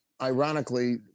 ironically